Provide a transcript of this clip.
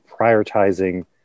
prioritizing